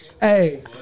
Hey